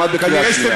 גם את בקריאה שנייה.